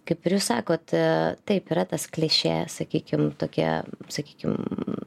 kaip ir jūs sakot taip yra tas klišė sakykim tokie sakykim